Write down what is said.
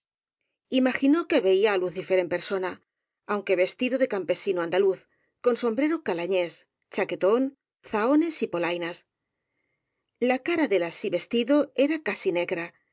imaginó que veía á lu cifer en persona aunque vestido de campesino an daluz con sombrero calañés chaquetón zahones y polainas la cara del así vestido era casi negra